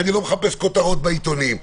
אני לא מחפש כותרות בעיתונים.